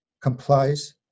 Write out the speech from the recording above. complies